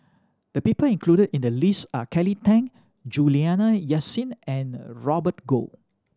the people included in the list are Kelly Tang Juliana Yasin and Robert Goh